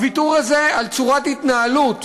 הוויתור הזה על צורת התנהלות,